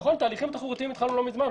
תהליכים תחרותיים התחלנו לא מזמן.